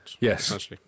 Yes